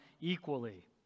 equally